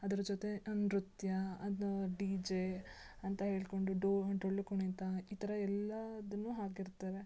ಅದ್ರ ಜೊತೆ ನೃತ್ಯ ಅದು ಡಿ ಜೇ ಅಂತ ಹೇಳ್ಕೊಂಡು ಡೊಳ್ಳು ಕುಣಿತ ಈ ಥರ ಎಲ್ಲದನ್ನು ಹಾಕಿರ್ತಾರೆ